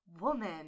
woman